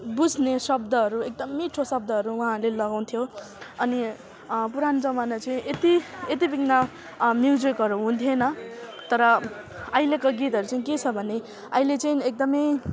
बुझ्ने शब्दहरू एकदम मिठो शब्दहरू उहाँले लगाउँथ्यो अनि पुरानो जमाना चाहिँ यति यति बिघ्न म्युजिकहरू हुन्थेन तर अहिलेको गितहरू चाहिँ के छ भने अहिले चाहिँ एकदमै